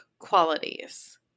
qualities